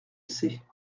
c’est